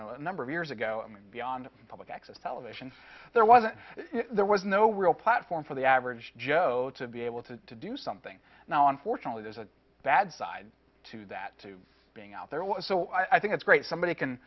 know a number of years ago i mean beyond the public access television there wasn't there was no real platform for the average joe to be able to to do something now unfortunately there's a bad side to that to being out there was so i think it's great somebody can